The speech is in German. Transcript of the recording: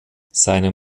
seine